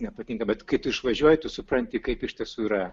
nepatinka bet kai tu išvažiuoji tu supranti kaip iš tiesų yra